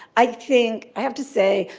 i think, i have to say,